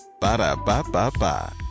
Ba-da-ba-ba-ba